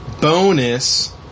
bonus